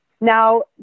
now